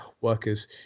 workers